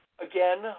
Again